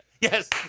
Yes